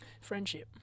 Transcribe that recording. Friendship